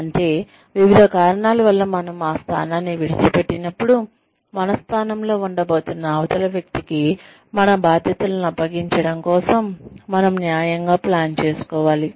అంటేవివిధ కారణాల వల్ల మనము ఆ స్థానాన్ని విడిచిపెట్టినప్పుడు మన స్థానంలో ఉండబోతున్న అవతలి వ్యక్తికి మన బాధ్యతలను అప్పగించడం కోసం మనము న్యాయంగా ప్లాన్ చేసుకోవాలి